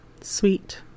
Sweet